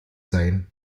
sein